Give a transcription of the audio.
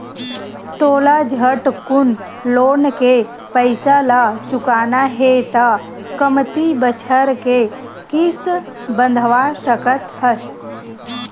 तोला झटकुन लोन के पइसा ल चुकाना हे त कमती बछर के किस्त बंधवा सकस हस